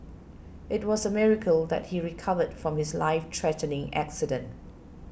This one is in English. it was a miracle that he recovered from his life threatening accident